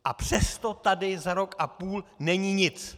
A přesto tady za rok a půl není nic!